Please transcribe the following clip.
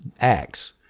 Acts